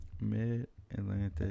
Mid-Atlantic